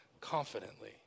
confidently